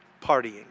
partying